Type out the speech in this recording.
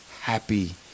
happy